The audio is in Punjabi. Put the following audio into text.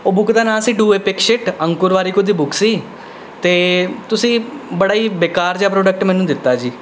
ਉਹ ਬੁੱਕ ਦਾ ਨਾਂ ਸੀ ਡੂ ਐਪੀਸ ਸ਼ਿੱਟ ਅੰਕੁਰਵਾਰੀਕੋ ਦੀ ਬੁੱਕ ਸੀ ਅਤੇ ਤੁਸੀਂ ਬੜਾ ਹੀ ਬੇਕਾਰ ਜਿਹਾ ਪ੍ਰੋਡਕਟ ਮੈਨੂੰ ਦਿੱਤਾ ਜੀ